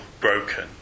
broken